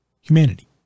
humanity